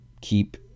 keep